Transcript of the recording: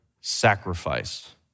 sacrifice